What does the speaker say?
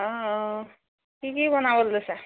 অঁ অঁ কি কি বনাবলৈ লৈছা